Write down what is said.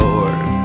Lord